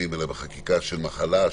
אלא בחקיקה של מחלה,